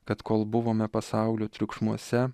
kad kol buvome pasaulio triukšmuose